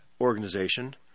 organization